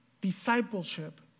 discipleship